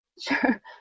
sure